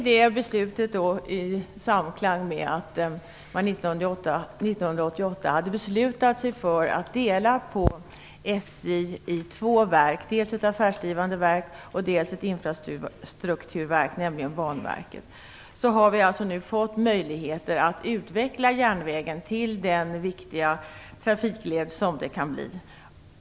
Det beslutet är i samklang med att man 1988 hade beslutat sig för att dela på SJ i två delar, dels ett affärsdrivande verk, dels ett infrastrukturverk, nämligen Banverket. Vi har nu fått möjligheter att utveckla järnvägen till den viktiga trafikled som den kan bli.